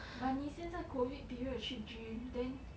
but 你现在 COVID period 去 gym then